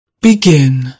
Begin